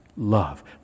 love